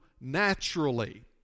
naturally